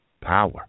Power